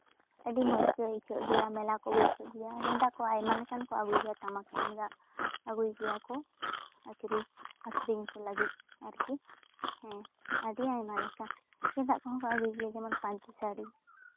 ᱟᱹᱰᱤ ᱢᱚᱡᱽ ᱜᱮ ᱟᱹᱭᱠᱟᱹᱜ ᱜᱮᱭᱟ ᱢᱮᱞᱟ ᱠᱚ ᱵᱟᱹᱭᱥᱟᱹᱜ ᱜᱮᱫᱟᱜ ᱠᱚ ᱟᱭᱢᱟ ᱞᱮᱠᱟᱱ ᱠᱚ ᱟᱹᱜᱩᱭ ᱜᱮᱭᱟ ᱴᱟᱢᱟᱠ ᱛᱩᱢᱫᱟᱹᱜ ᱟᱹᱜᱩᱭ ᱜᱮᱭᱟᱠᱚ ᱟᱠᱷᱨᱤᱧ ᱟᱠᱷᱨᱤᱧ ᱠᱚ ᱞᱟᱹᱜᱤᱫ ᱟᱨᱠᱤ ᱦᱮᱸ ᱟᱹᱰᱤ ᱟᱭᱢᱟ ᱞᱮᱠᱟ ᱜᱮᱫᱟᱜ ᱠᱚᱦᱚᱸ ᱠᱚ ᱟᱹᱜᱩᱭ ᱜᱮᱭᱟ ᱡᱮᱢᱚᱱ ᱯᱟᱧᱪᱤ ᱥᱟᱹᱲᱤ